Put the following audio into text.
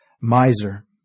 miser